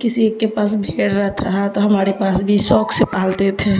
کسی کے پاس بھیڑ رہتا ہے تو ہمارے پاس بھی شوق سے پالتے تھے